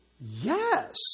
Yes